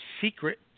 secret